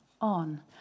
on